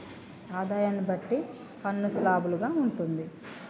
ఆదాయాన్ని బట్టి పన్ను స్లాబులు గా ఉంటుంది